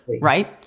Right